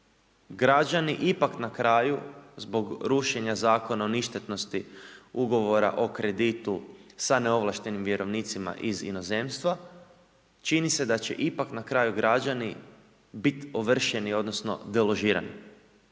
građani ipak na kraju, zbog rušenje Zakona o ništetnosti ugovora o kreditu sa neovlaštenim vjerovnicima iz inozemstva, čini se da će ipak na kraju građani, biti ovršeni odnosno, deložirani.